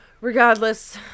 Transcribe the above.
Regardless